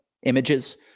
images